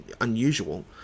unusual